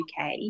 uk